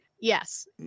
Yes